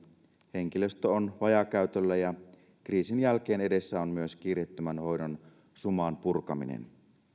henkilöstö on vajaakäytöllä ja kriisin jälkeen edessä on myös kiireettömän hoidon suman purkaminen